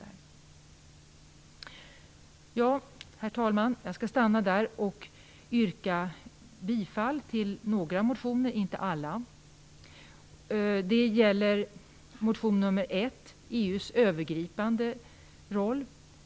Herr talman! Jag skall stanna där och yrka bifall till några reservationer, inte alla.